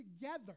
together